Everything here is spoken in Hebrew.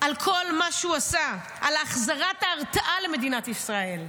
על כל מה שהוא עשה, על החזרת ההרתעה למדינת ישראל,